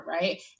right